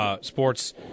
sports